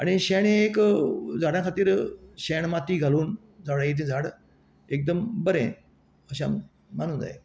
आनी शेण हें एक झाडां खातीर शेण माती घालून तें झाड एकदम बरें अशें आमी मानूंक जाय